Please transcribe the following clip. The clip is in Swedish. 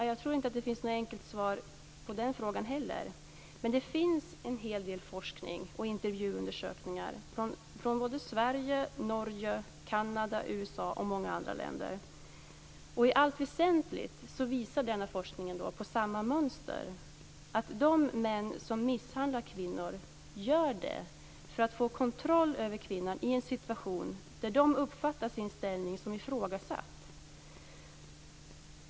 Jag tror inte att det finns något enkelt svar på den frågan heller. Men det finns en hel del forskning och intervjuundersökningar från Sverige, Norge, Kanada, USA och många andra länder, och i allt väsentligt visar denna forskning på samma mönster. De män som misshandlar kvinnor gör det för att få kontroll över kvinnan i en situation där de uppfattar sin ställning som ifrågasatt.